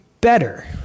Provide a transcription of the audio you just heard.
better